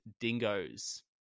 dingoes